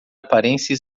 aparência